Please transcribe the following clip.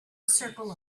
circle